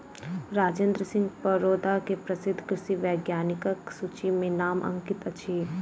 राजेंद्र सिंह परोदा के प्रसिद्ध कृषि वैज्ञानिकक सूचि में नाम अंकित अछि